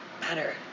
better